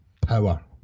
Power